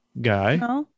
guy